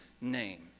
name